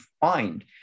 find